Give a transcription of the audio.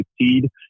succeed